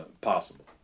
possible